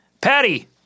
Patty